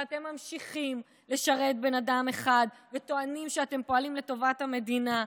אבל אתם ממשיכים לשרת בן אדם אחד וטוענים שאתם פועלים לטובת המדינה.